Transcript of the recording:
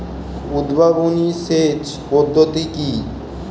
উদ্ভাবনী সেচ পদ্ধতি কি?